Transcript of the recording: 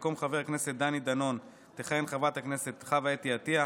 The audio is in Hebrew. במקום חבר הכנסת דני דנון תכהן חברת הכנסת חוה אתי עטייה,